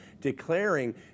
declaring